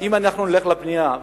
אם אנחנו נלך לבנייה,